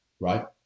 right